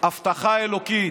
ההבטחה האלוקית.